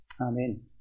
Amen